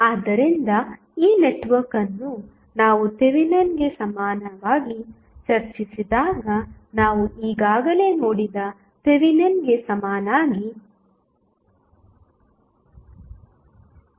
ಆದ್ದರಿಂದ ಈ ನೆಟ್ವರ್ಕ್ ಅನ್ನು ನಾವು ಥೆವೆನಿನ್ಗೆ ಸಮನಾಗಿ ಚರ್ಚಿಸಿದಾಗ ನಾವು ಈಗಾಗಲೇ ನೋಡಿದ ಥೆವೆನಿನ್ಗೆ ಸಮನಾಗಿ ಬದಲಾಯಿಸಬಹುದು